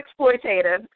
exploitative